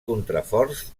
contraforts